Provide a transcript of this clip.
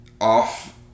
off